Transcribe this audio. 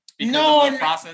No